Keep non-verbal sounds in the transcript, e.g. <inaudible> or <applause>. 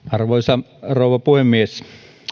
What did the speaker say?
<unintelligible> arvoisa rouva puhemies